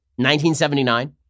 1979